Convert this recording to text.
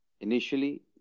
initially